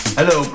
Hello